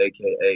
aka